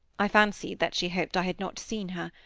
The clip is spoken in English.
i fancied that she hoped i had not seen her.